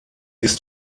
ist